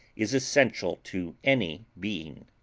is essential to any being.